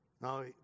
Now